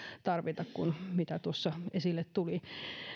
tarvita kuin mitä tuossa esille tuli